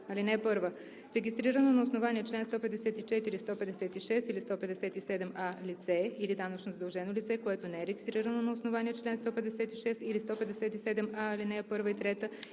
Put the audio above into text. „(1) Регистрирано на основание чл. 154, 156 или 157а лице или данъчно задължено лице, което не е регистрирано на основание чл. 156 или 157а, ал. 1 и 3